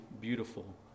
beautiful